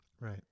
Right